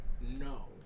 no